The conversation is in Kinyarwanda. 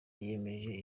yemeje